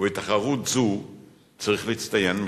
ובתחרות זו צריך להצטיין מחדש.